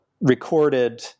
recorded